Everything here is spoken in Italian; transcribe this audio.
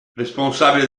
responsabili